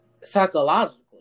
psychologically